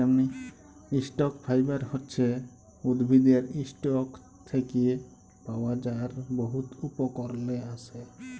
stock fibre হছে উদ্ভিদের ইসটক থ্যাকে পাওয়া যার বহুত উপকরলে আসে